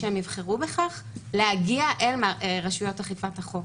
אם הן יבחרו בכך, להגיע אל רשויות אכיפת החוק.